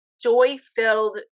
joy-filled